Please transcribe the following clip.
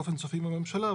באופן סופי עם הממשלה,